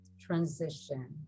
transition